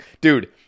dude